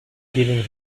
giving